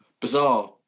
Bizarre